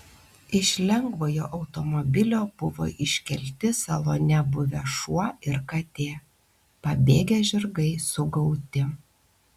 iš lengvojo automobilio buvo iškelti salone buvę šuo ir katė pabėgę žirgai sugauti